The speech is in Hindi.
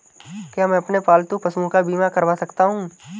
क्या मैं अपने पालतू पशुओं का बीमा करवा सकता हूं?